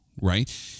right